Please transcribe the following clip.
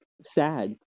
sad